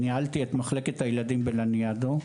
ניהלתי את מחלקת הילדים בלניאדו.